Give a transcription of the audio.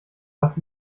hast